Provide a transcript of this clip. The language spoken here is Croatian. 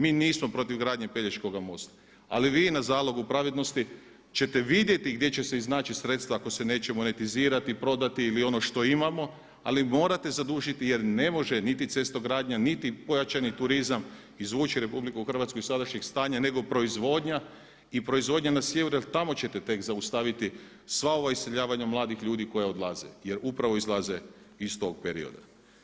Mi nismo protiv gradnje Pelješkog mosta ali vi na zalogu pravednosti ćete vidjeti gdje će se iznaći sredstva ako se neće monetizirati, prodati ono što imamo ali morate zadužiti jer ne može niti cestogradnja niti pojačani turizam izvući RH iz sadašnjeg stanja nego proizvodnja i to proizvodnja na sjeveru jer tamo ćete tek zaustaviti sva ova iseljavanja mladih ljudi koji odlaze jer upravo odlaze iz tog perioda.